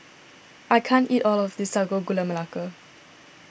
I can't eat all of this Sago Gula Melaka